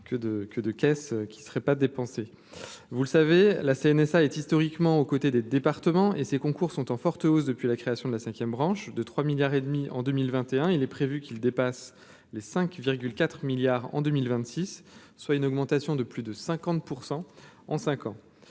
que de caisse qui serait pas dépenser, vous le savez la CNSA est historiquement aux côtés des départements et ces concours sont en forte. Tous depuis la création de la 5ème, branche de 3 milliards et demi en 2021, il est prévu qu'il dépasse les 5 4 milliards en 2026 soit une augmentation de plus de 50 % en 5 ans